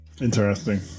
Interesting